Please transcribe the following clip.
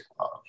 love